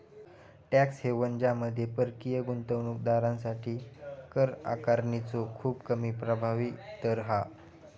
tax haven ज्यामध्ये परकीय गुंतवणूक दारांसाठी कर आकारणीचो खूप कमी प्रभावी दर हा